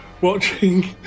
watching